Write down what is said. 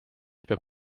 peab